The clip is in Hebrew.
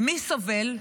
ומי סובל?